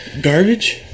garbage